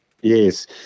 Yes